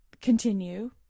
continue